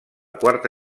quarta